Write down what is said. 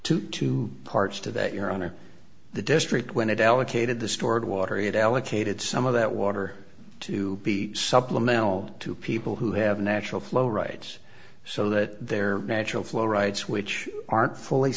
to two parts to that your honor the district when it allocated the stored water it allocated some of that water to be supplemental to people who have natural flow rights so that their natural flow rights which aren't fully